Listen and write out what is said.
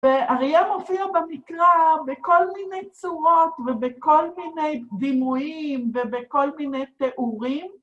ואריאל מופיע במקרא בכל מיני צורות ובכל מיני דימויים ובכל מיני תיאורים.